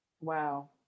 Wow